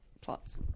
plots